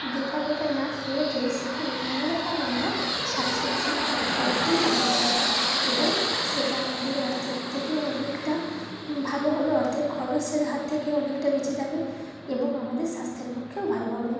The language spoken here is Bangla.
বেকার বেকার না ফেলে রেখে সেখানে নানা রকম আমরা শাক সবজি ফল ফুল লাগাতে পারি এবং সেটা আমাদের অর্থের থেকেও অনেকটা ভালো হবে অর্থের খরচের হাত থেকে অনেকটা বেঁচে যাবে এবং আমাদের স্বাস্থ্যের পক্ষেও ভালো হবে